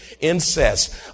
incest